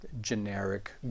generic